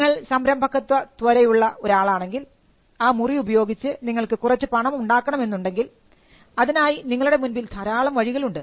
നിങ്ങൾ സംരംഭകത്വ ത്വര ഉള്ള ആളാണെങ്കിൽ ആ മുറി ഉപയോഗിച്ച് നിങ്ങൾക്ക് കുറച്ച് പണമുണ്ടാക്കണമെന്നുണ്ടെങ്കിൽ അതിനായി നിങ്ങളുടെ മുൻപിൽ ധാരാളം വഴികൾ ഉണ്ട്